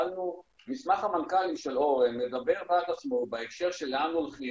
מסמך המנכ"לים של אורן מדבר בעד עצמו בהקשר של לאן הולכים,